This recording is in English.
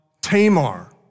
Tamar